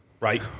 Right